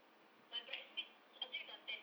my bridesmaids jer dah ten